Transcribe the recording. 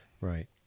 Right